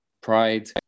pride